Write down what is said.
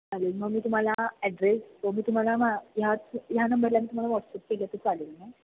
चालेल मी तुम्हाला ॲड्रेस व मी तुम्हाला मग ह्याच ह्या नंबरला तुम्हाला वॉट्सअप केलं तर चालेल नं